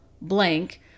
blank